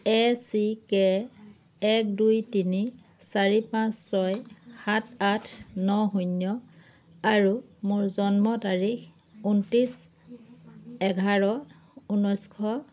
এ C K এক দুই তিনি চাৰি পাঁচ ছয় সাত আঠ ন শূন্য আৰু মোৰ জন্ম তাৰিখ ঊনত্ৰিছ এঘাৰ ঊনৈছশ